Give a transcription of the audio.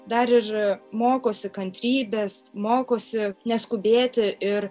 dar ir mokosi kantrybės mokosi neskubėti ir